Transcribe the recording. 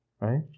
right